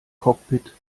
cockpit